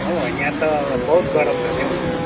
हो यहाँ त बहुत गरम छ नि हौ